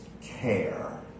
care